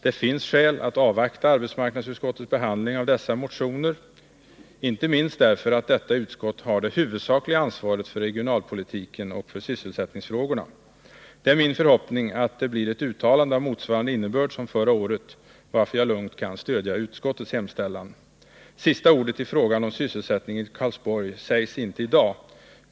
Det finns skäl att avvakta arbetsmarknadsutskottets behandling av dessa motioner, inte minst därför att detta utskott har det huvudsakliga ansvaret för regionalpolitiken och sysselsättningsfrågorna. Det är min förhoppning att det blir ett uttalande av motsvarande innebörd som förra året, varför jag lugnt kan stödja utskottets hemställan. Sista ordet i frågan om sysselsättningen i Karlsborg sägs inte i dag.